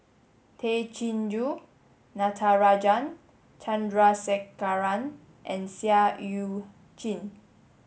Tay Chin Joo Natarajan Chandrasekaran and Seah Eu Chin